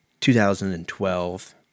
2012